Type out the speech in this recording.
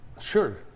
sure